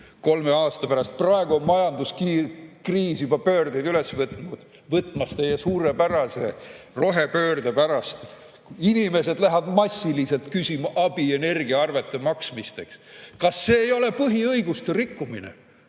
kolme aasta pärast. Praegu on majanduskriis juba pöördeid üles võtmas teie suurepärase rohepöörde pärast. Inimesed lähevad massiliselt küsima abi energiaarvete maksmiseks. Kas see ei ole põhiõiguste rikkumine,